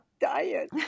diet